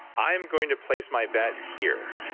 i'm going to place my bet here.